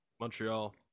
Montreal